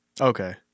Okay